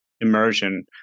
immersion